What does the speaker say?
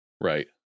right